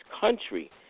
country